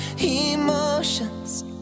emotions